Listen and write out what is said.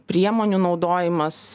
priemonių naudojimas